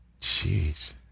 Jeez